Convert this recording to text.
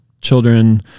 children